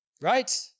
right